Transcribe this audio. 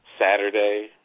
Saturday